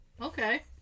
Okay